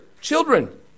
Children